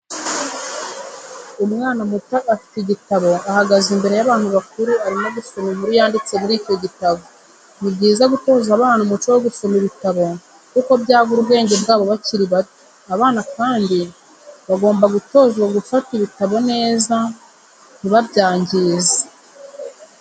Umwana muto afite igitabo ahagaze imbere y'abantu bakuru arimo gusoma inkuru yanditse muri icyo gitabo. Ni byiza gutoza abana umuco wo gusoma ibitabo kuko byagura ubwenge bwabo bakiri bato, abana kandi bagomba gutozwa gufata ibitabo neza ntibabyangize.